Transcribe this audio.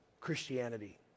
Christianity